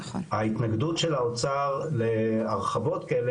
ההתנגדות של האוצר להרחבות כאלה,